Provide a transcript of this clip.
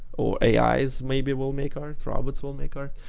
or ais maybe will make art, robots will make art,